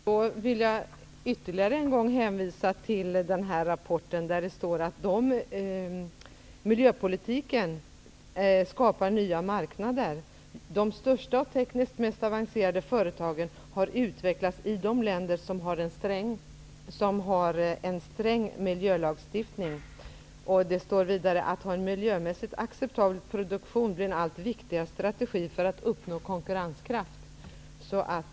Fru talman! Jag vill då än en gång hänvisa till den tidigare nämnda rapporten, där det står att miljöpolitiken skapar nya marknader. De största och tekniskt mest avancerade företagen har utvecklats i de länder som har en sträng miljölagstiftning. Att ha en miljömässigt acceptabel produktion blir en allt viktigare strategi för att uppnå konkurrenskraft.